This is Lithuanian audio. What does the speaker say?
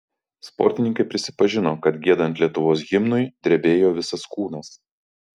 sportininkai prisipažino kad giedant lietuvos himnui drebėjo visas kūnas